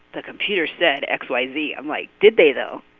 the computer said x, y, z, i'm like, did they, though?